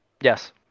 Yes